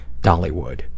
Dollywood